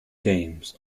games